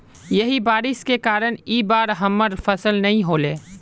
यही बारिश के कारण इ बार हमर फसल नय होले?